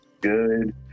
good